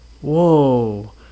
whoa